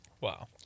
Wow